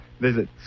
visit